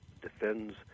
defends